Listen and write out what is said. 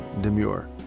Demure